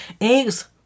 Eggs